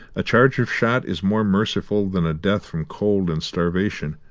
a charge of shot is more merciful than a death from cold and starvation,